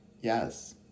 Yes